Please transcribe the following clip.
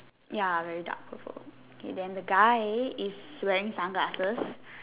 ya very dark purple okay then the guy is wearing sunglasses